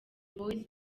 boys